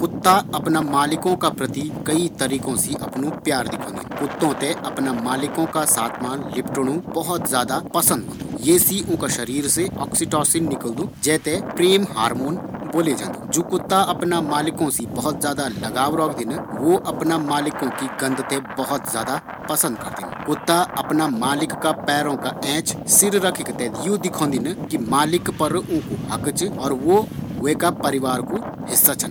कुत्तो कु अपना मालिक का पैरो मा लिपटणु बहुत पसंद होन्दु ये सी उंका शरीर से औक्सीटोसिन निकलदू जैते प्रेम हार्मोन भी बोलये जांदूँ कुत्तो ते अपना मालिक की गंद बहुत पसंद होंदी कुत्ता अपना मालिक का पैर का एंच सिर रखी क यु जतोदिन कि मालिक पर उंकू हक च और वू भी वेका परिवार कु हिस्सा छन